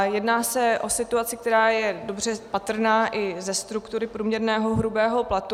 Jedná se o situaci, která je dobře patrná i ze struktury průměrného hrubého platu.